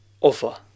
offer